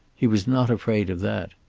he was not afraid of that.